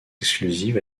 exclusives